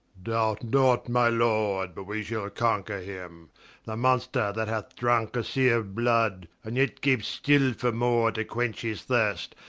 doubt not, my lord, but we shall conquer him the monster that hath drunk a sea of blood, and yet gapes still for more to quench his thirst,